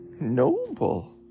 noble